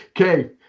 Okay